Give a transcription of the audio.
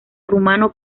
rumano